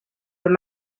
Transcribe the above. with